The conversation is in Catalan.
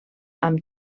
amb